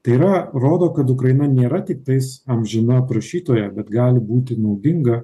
tai yra rodo kad ukraina nėra tik tais amžina prašytoja bet gali būti naudinga